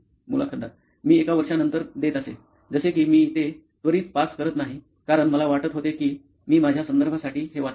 मुलाखतदार मी एका वर्षा नंतर देत असे जसे की मी ते त्वरित पास करत नाही कारण मला वाटत होते की मी माझ्या संदर्भासाठी हे वाचत आहे